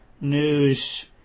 news